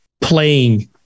playing